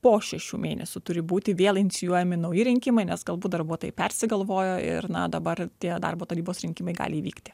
po šešių mėnesių turi būti vėl inicijuojami nauji rinkimai nes galbūt darbuotojai persigalvojo ir na dabar tie darbo tarybos rinkimai gali įvykti